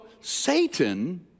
Satan